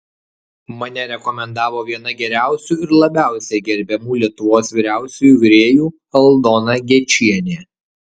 mane rekomendavo viena geriausių ir labiausiai gerbiamų lietuvos vyriausiųjų virėjų aldona gečienė